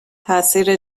تاثیر